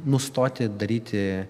nustoti daryti